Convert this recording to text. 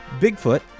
Bigfoot